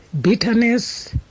bitterness